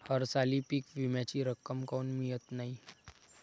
हरसाली पीक विम्याची रक्कम काऊन मियत नाई?